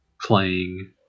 playing